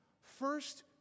First